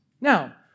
Now